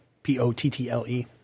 P-O-T-T-L-E